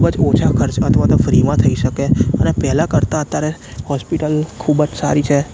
ખૂબજ ઓછા ખર્ચ અથવા તો ફ્રીમાં થઈ શકે અને પહેલાં કરતાં અત્યારે હોસ્પિટલ ખૂબજ સારી છે